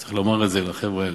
צריך לומר את זה לחבר'ה האלה,